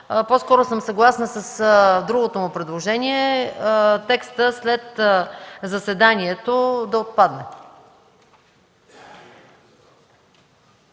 По-скоро съм съгласна с другото му предложение: текстът след „заседанието” – да отпадне,